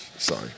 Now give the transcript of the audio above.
Sorry